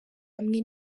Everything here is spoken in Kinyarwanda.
hamwe